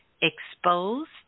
exposed